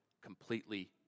completely